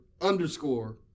underscore